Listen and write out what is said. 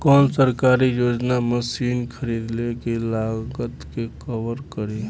कौन सरकारी योजना मशीन खरीदले के लागत के कवर करीं?